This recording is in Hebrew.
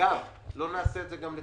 אגב, לא נעשה את זה גם לתקופה,